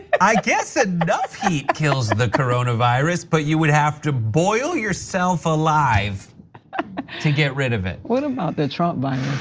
i guess it kills the corona virus but you would have to boil yourself alive to get rid of it what about the trump but